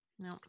No